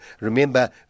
remember